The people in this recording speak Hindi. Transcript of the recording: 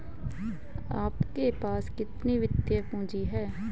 आपके पास कितनी वित्तीय पूँजी है?